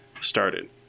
started